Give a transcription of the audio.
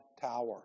tower